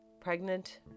pregnant